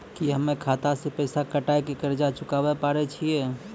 की हम्मय खाता से पैसा कटाई के कर्ज चुकाबै पारे छियै?